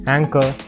Anchor